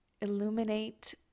illuminate